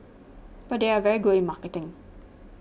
but they are very good in marketing